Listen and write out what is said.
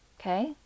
okay